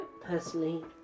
Personally